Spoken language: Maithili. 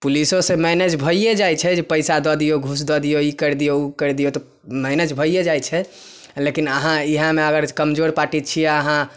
पुलिसो सँ मैनेज भैये जाइ छै जे पैसा दऽ दियौ घुस दऽ दियौ ई कैर दियौ ओ कैर दियौ तऽ मैनेज भैये जाइ छै लेकिन अहाँ इएहमे अगर कमजोर पाटी छियै अहाँ